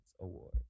Award